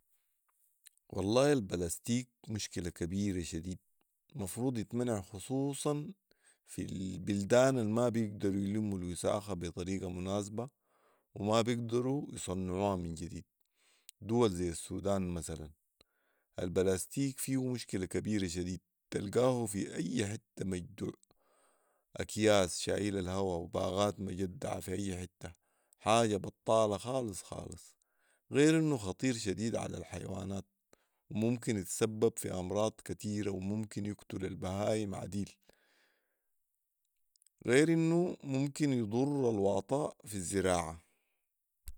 والله البلاستيك مشكلة كبيره شديد مفروض يتمنع خصوصا في البلدان المابيقدروا يلموا الوساخه بي طريقه مناسبه وما بيقدرو يصنعوها من جديد ، دول ذي السودان مثلا البلاستيك فيه مشكله كبيره شديد تلقاه في اي حته مجدوع اكياس شايلها الهواء وباغات مجدعه في اي حته حاجه بطاله خالص خالص غير انه خطير شديد علي الحيوانات وممكن يتسبب في امراض كتيره وممكن يكتل البهايم عديل غير انه ممكن يضر الواطه في الزراعه